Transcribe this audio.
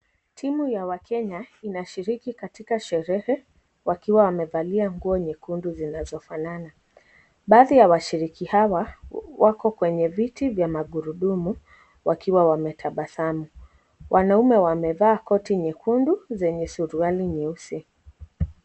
Tumu ya wakenya inashiriki katika sherehe wakiwa wamevalia nguo nyekundu zinazofanana, baadhi ya washiriki hawa wako kwenye viti vya magurudumu wakiwa wametabasamu, wanaume wamevaa koti nyekundu zenye suruali nyeusi.